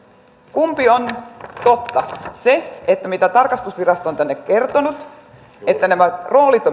kumpi on totta se mitä tarkastusvirasto on tänne kertonut että nämä roolit